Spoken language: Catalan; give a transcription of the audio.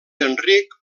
enric